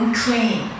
clean